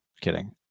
kidding